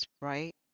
right